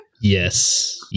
Yes